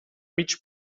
mig